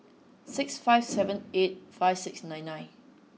six five seven eight five six nine nine